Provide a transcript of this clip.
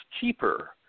cheaper